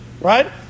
right